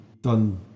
done